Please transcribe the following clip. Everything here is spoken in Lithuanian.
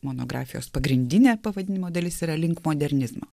monografijos pagrindinė pavadinimo dalis yra link modernizmo